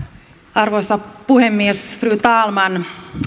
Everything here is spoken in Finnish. arvoisa puhemies fru talman